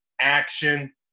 Action